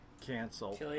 cancel